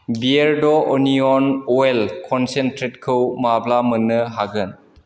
बियेरड' अनिय'न अइल कनसेन्ट्रेटखौ माब्ला मोन्नो हागोन